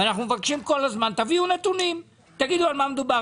ואנחנו מבקשים כל הזמן שתביאו נתונים ותגידו על מה מדובר.